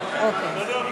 בסדר.